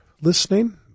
listening